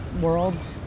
worlds